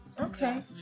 okay